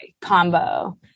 combo